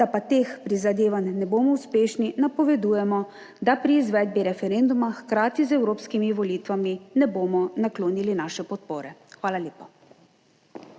da pa teh prizadevanj ne bomo uspešni napovedujemo, da pri izvedbi referenduma hkrati z evropskimi volitvami ne bomo naklonili naše podpore. Hvala lepa.